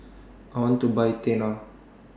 I want to Buy Tena